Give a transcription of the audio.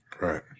Right